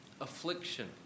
affliction